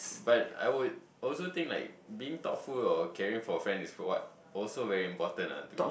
but I would also think like being thoughtful or caring for a friend is for what also very important lah to me